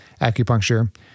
acupuncture